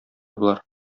болар